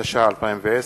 התש"ע 2010,